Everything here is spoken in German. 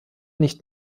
nicht